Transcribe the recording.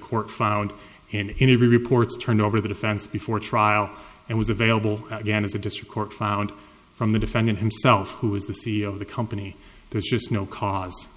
court found in any reports turned over the defense before trial and was available again as a district court found from the defendant himself who is the c e o of the company there's just no cause